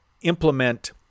implement